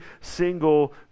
single